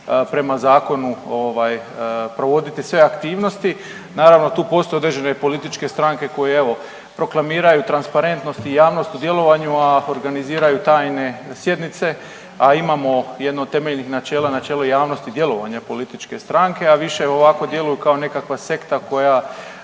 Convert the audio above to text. prema zakonu ovaj provoditi sve aktivnosti, naravno tu postoje određene političke stranke koje evo proklamiraju transparentnost i javnost u djelovanju, a organiziraju tajne sjednice, a imamo jednu od temeljnih načela, načelo javnosti djelovanja političke stranke, a više ovako djeluju kao nekakva sekta koja